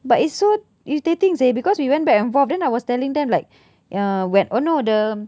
but it's so irritating seh because we went back and forth then I was telling them like uh when oh no the